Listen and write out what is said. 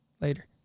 Later